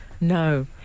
No